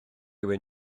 wyn